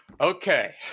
Okay